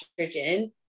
estrogen